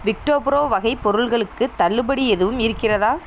விக்டோப்ரோ வகை பொருள்களுக்கு தள்ளுபடி எதுவும் இருக்கிறதா